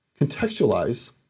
contextualize